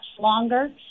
longer